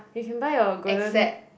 you can buy your golden